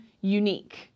unique